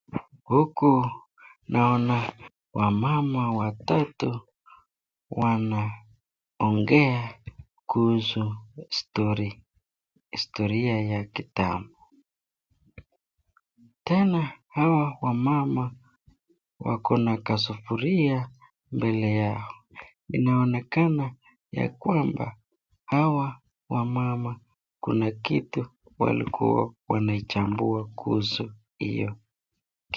Huku naona wamama watatu wanaongea kuhusu stori ,storia ya kitambo, tena hawa wamama wako na kisufuria mbele yao inaonekana ya kwamba hawa wamama kuna kitu walikuwa wanchambua kuhusu hiyo.